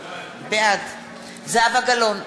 בעד זהבה גלאון,